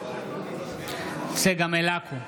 צגה מלקו,